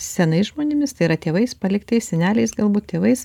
senais žmonėmis tai yra tėvais paliktais seneliais galbūt tėvais